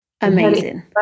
Amazing